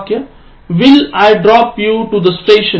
Will I drop you to the station